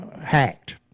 hacked